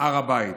הר הבית,